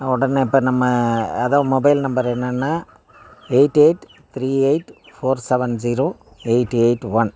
உடனே இப்போ நம்ம அதான் மொபைல் நம்பரு என்னென்னா eight eight three eight four seven zero eight eight one